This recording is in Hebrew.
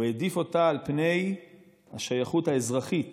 הוא העדיף אותה על פני השייכות האזרחית